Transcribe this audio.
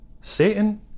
Satan